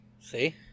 see